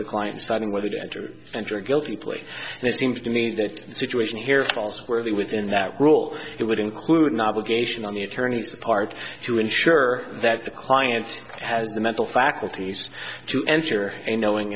the client side in whether to enter enter a guilty plea and it seems to me that the situation here falls squarely within that rule it would include an obligation on the attorney's part to ensure that the client has the mental faculties to enter a knowing